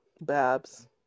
Babs